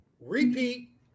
repeat